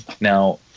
Now